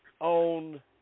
on